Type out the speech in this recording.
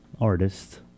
artist